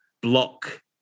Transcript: block